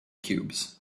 cubes